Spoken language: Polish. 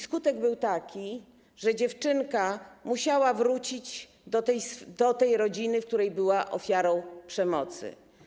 Skutek był taki, że dziewczynka musiała wrócić do tej rodziny, w której była ofiarą przemocy.